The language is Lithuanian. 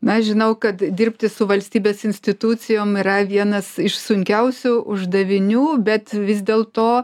na žinau kad dirbti su valstybės institucijom yra vienas iš sunkiausių uždavinių bet vis dėl to